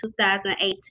2018